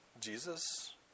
Jesus